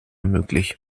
möglich